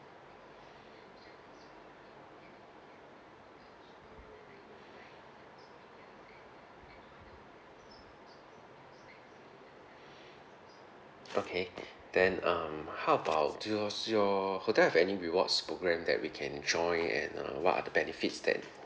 okay then um how about do your do your hotel have any rewards program that we can join and uh what are the benefits that